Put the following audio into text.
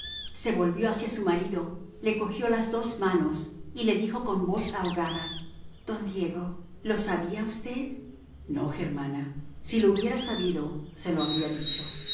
se volvió hacia su marido le cogió las dos manos y le dijo con voz ahogada don diego lo sabía usted no germana si lo hubiera sabido se lo habría dicho